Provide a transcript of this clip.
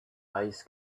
eyes